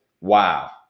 Wow